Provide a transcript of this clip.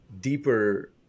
deeper